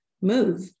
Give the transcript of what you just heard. move